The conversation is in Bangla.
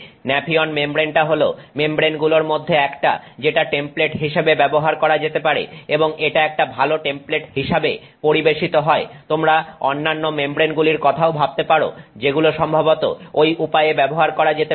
ন্যাফিয়ন মেমব্রেনটা হল মেমব্রেনগুলোর মধ্যে একটা যেটা টেমপ্লেট হিসেবে ব্যবহার করা যেতে পারে এবং এটা একটা ভালো টেমপ্লেট হিসাবে পরিবেশিত হয় তোমরা অন্যান্য মেমব্রেনগুলির কথাও ভাবতে পারো যেগুলো সম্ভবত ঐ উপায়ে ব্যবহার করা যেতে পারে